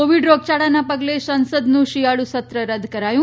Covid રોગચાળાના પગલે સંસદનું શિયાળુ સત્ર રદ કરાયું